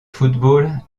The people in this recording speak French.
football